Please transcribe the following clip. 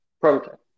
Prototype